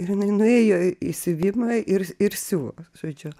ir jinai nuėjo į siuvimą ir ir siuvo žodžiu